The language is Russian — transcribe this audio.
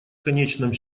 конечном